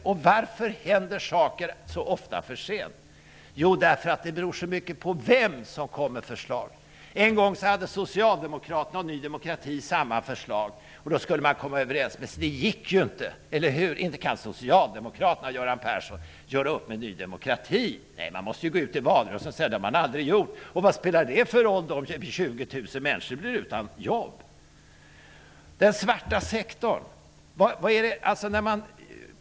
Varför sker saker så ofta för sent? Jo, därför att det beror så mycket på vem som kommer med förslaget. En gång hade Socialdemokraterna och Ny demokrati samma förslag. Man skulle försöka komma överens, men det gick ju inte. Inte kan Göran Persson? Man måste gå ut i valrörelsen och säga att man aldrig har gjort det. Vad spelar det då för roll om 20 000 människor blir utan jobb?